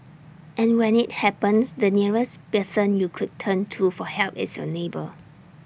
and when IT happens the nearest person you could turn to for help is your neighbour